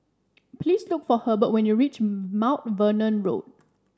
please look for Hebert when you reach Mount Vernon Road